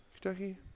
Kentucky